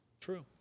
True